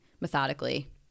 methodically